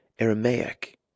Aramaic